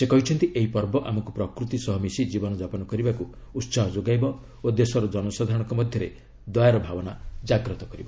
ସେ କହିଛନ୍ତି ଏହି ପର୍ବ ଆମକୁ ପ୍ରକୃତି ସହ ମିଶି ଜୀବନ ଯାପନ କରିବାକୁ ଉତ୍ସାହ ଯୋଗାଇବ ଓ ଦେଶର ଜନସାଧାରଣଙ୍କ ମଧ୍ୟରେ ଦୟାର ଭାବନା ଜାଗ୍ରତ କରିବ